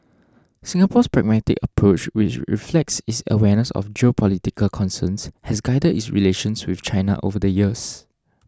Singapore's pragmatic approach which reflects its awareness of geopolitical concerns has guided its relations with China over the years